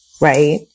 right